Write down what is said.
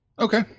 Okay